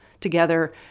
together